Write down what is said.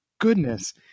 goodness